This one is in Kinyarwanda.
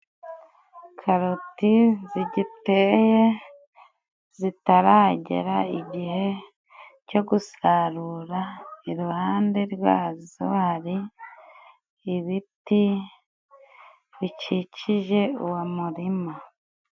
Karoti zigiteye zitaragera igihe cyo gusarura, iruhande rwa zo hari ibiti bikikije uwo murima.